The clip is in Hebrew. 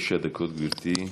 תשע דקות, גברתי.